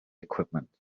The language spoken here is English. equipment